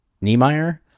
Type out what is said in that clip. Niemeyer